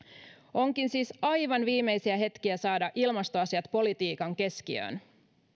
onkin siis aivan viimeisiä hetkiä saada ilmastoasiat politiikan keskiöön